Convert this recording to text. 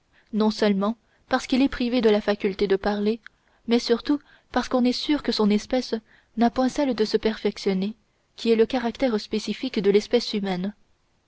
non seulement parce qu'il est privé de la faculté de parler mais surtout parce qu'on est sûr que son espèce n'a point celle de se perfectionner qui est le caractère spécifique de l'espèce humaine